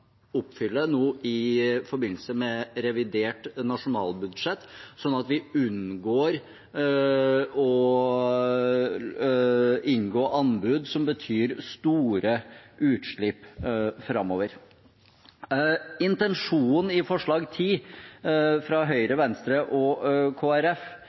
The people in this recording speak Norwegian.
nå i forbindelse med revidert nasjonalbudsjett, sånn at vi framover unngår å inngå anbud som betyr store utslipp. Intensjonen i forslag nr. 10, fra Høyre,